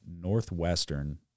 Northwestern